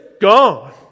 gone